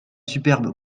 superbe